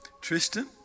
Tristan